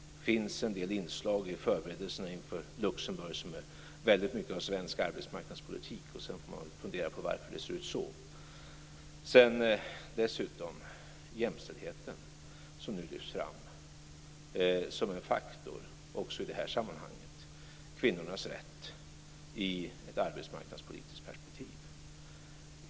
Det finns en del inslag i förberedelserna inför Luxemburgmötet som innehåller väldigt mycket av svensk arbetsmarknadspolitik. Sedan får man väl fundera på varför det ser ut så. Dessutom lyfts jämställdheten nu fram som en faktor också i det här sammanhanget. Det handlar om kvinnornas rätt i ett arbetsmarknadspolitiskt perspektiv.